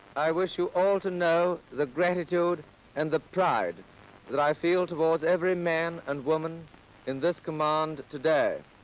i wish you all to know the gratitude and the pride that i feel towards every man and woman in this command today.